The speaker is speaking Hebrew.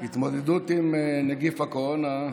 התמודדות עם נגיף הקורונה,